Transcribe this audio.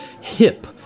hip